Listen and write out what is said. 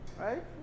Right